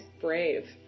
Brave